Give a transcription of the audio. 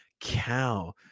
cow